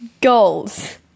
Goals